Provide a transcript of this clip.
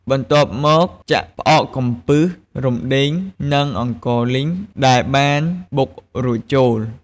បន្ទាប់មក ចាក់ផ្អកកំពឹស រំដេង និងអង្ករលីងដែលបានបុករួចចូល។